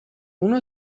اونو